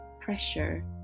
pressure